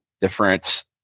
different